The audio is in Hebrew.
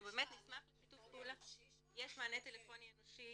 יש מענה אנושי